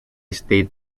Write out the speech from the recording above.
state